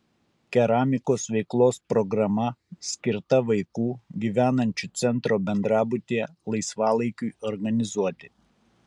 keramikos veiklos programa skirta vaikų gyvenančių centro bendrabutyje laisvalaikiui organizuoti